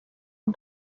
amb